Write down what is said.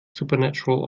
supernatural